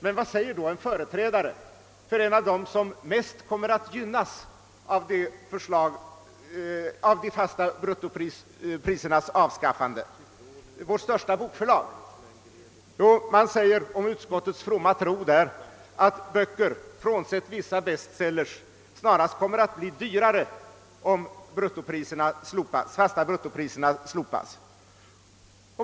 Men vad säger då en företrädare för ett av de företag som mest kommer att gynnas av de fasta bruttoprisernas avskaffande, vårt största bokförlag? Jo, man säger — tvärtemot utskottets fromma tro — att böcker, frånsett vissa bestsellers, snarast kommer att bli dyrare, om de fasta bruttopriserna slopas.